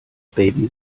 baby